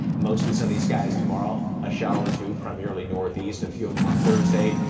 mostly sunny skies tomorrow, a shower or two premier li northeast of human thursday,